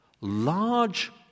large